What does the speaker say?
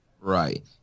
Right